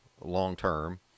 long-term